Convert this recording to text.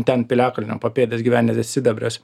ten piliakalnio papėdės gyvenvietė sidabriuos